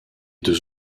deux